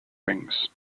rings